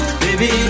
baby